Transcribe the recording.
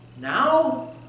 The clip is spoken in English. Now